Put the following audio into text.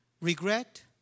regret